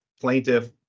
plaintiff